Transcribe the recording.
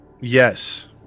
Yes